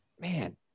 man